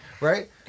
Right